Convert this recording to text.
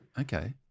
okay